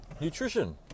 Nutrition